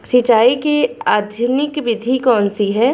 सिंचाई की आधुनिक विधि कौनसी हैं?